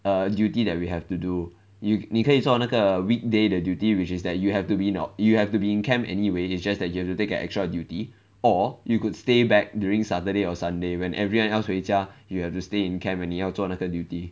a duty that we have to do you 你可以做那个 weekday 的 duty which is that you have to be off~ you have to be in camp anyway it's just that you have to take an extra duty or you could stay back during saturday or sunday when everyone else 回家 you have to stay in camp and 你要做那个 duty